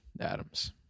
Adams